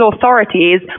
authorities